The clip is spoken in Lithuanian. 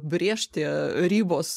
brėžti ribos